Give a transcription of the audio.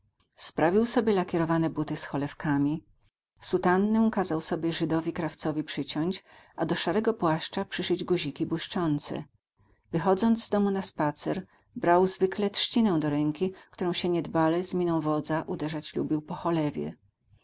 sprawił sobie lakierowane buty z cholewkami sutannę kazał sobie żydowi krawcowi przyciąć a do szarego płaszcza przyszyć guziki błyszczące wychodząc z domu na spacer brał zwykle trzcinę do ręki którą się niedbale z miną wodza uderzać lubił po cholewie